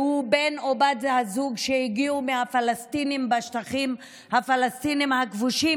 בן או בת הזוג שהגיעו מהפלסטינים בשטחים הפלסטיניים הכבושים,